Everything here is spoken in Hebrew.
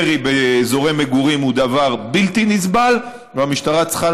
ירי באזורי מגורים הוא דבר בלתי נסבל והמשטרה צריכה